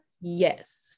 Yes